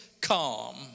calm